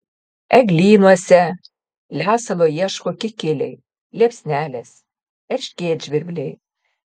eglynuose lesalo ieško kikiliai liepsnelės erškėtžvirbliai